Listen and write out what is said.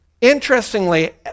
Interestingly